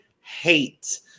hate